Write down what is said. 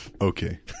okay